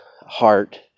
Heart